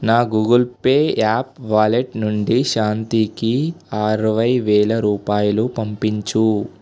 నా Google Pay app wallet నుండి శాంతికి అరవై వేల రూపాయలు పంపించు